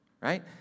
right